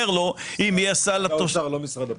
לא משרד הפנים.